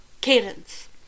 Cadence